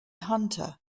hunter